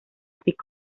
pick